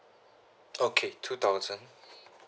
okay two thousand